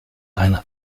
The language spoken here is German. eine